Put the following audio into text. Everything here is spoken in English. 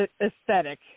aesthetic